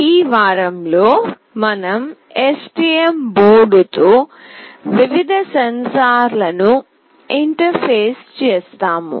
ఈ వారంలో మనం STM బోర్డుతో వివిధ సెన్సార్లను ఇంటర్ఫేస్ చేస్తాము